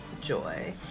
joy